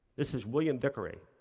this is william vickrey,